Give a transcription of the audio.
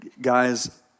guys